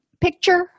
picture